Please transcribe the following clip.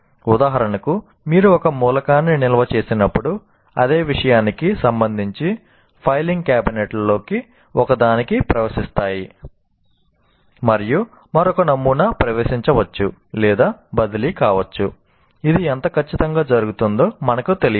ఉదాహరణకు మీరు ఒక మూలకాన్ని నిల్వ చేసినప్పుడు అదే విషయానికి సంబంధించి ఫైలింగ్ క్యాబినెట్లలో ఒకదానికి ప్రవేశించవచ్చు మరియు మరొక నమూనా ప్రవేశించవచ్చు బదిలీ కావచ్చు ఇది ఎంత ఖచ్చితంగా జరుగుతుందో మనకు తెలియదు